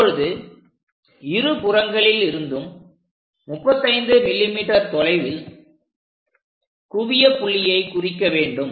இப்பொழுது இருபுறங்களில் இருந்தும் 35 mm தொலைவில் குவிய புள்ளியை குறிக்க வேண்டும்